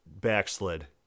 backslid